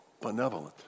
benevolent